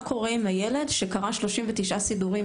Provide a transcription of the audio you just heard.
לגבי מה קורה עם הילד שקרע 39 סידורים.